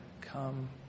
come